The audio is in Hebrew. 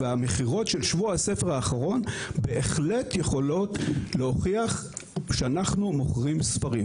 והמכירות של שבוע הספר האחרון בהחלט יכולות להוכיח שאנחנו מוכרים ספרים.